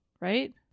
Right